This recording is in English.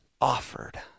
offered